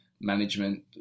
management